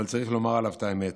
אבל צריך לומר עליו את האמת: